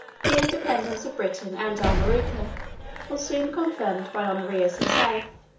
the independence of britain and armorica was soon confirmed by honorius himself,